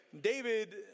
David